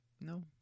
no